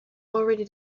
already